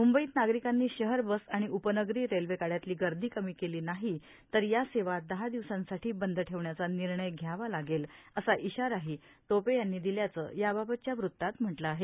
मुंबईत नागरिकांनी शहर बस आणि उपनगरी रेल्वेगाड्यांतली गर्दी कमी केली नाही तर या सेवा दहा दिवसांसाठी बंद ठेवण्याचा निर्णय घ्यावा लागेल असा इशाराही टोपे यांनी दिल्याचं याबाबतच्या वृत्तात म्हटलं आहे